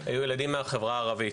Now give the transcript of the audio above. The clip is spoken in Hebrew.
היו ילדים מהחברה הערבית,